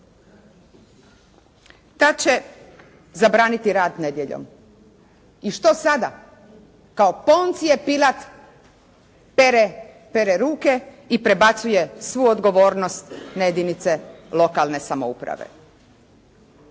da će zabraniti rad nedjeljom. I što sada? Kao Poncije Pilat pere ruke i prebacuje svu odgovornost na jedinice lokalne samouprave